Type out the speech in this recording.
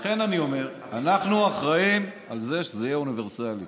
לכן אני אומר: אנחנו אחראים לזה שזה יהיה אוניברסלי,